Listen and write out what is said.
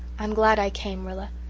i'm glad i came, rilla.